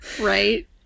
Right